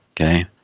Okay